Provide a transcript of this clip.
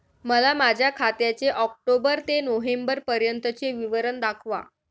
मला माझ्या खात्याचे ऑक्टोबर ते नोव्हेंबर पर्यंतचे विवरण दाखवा